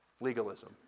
legalism